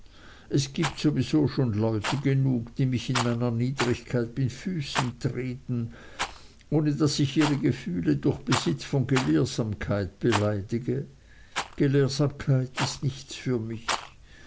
es gibt sowieso schon leute genug die mich in meiner niedrigkeit mit füßen treten ohne daß ich ihre gefühle durch besitz von gelehrsamkeit beleidige gelehrsamkeit ist nichts für mich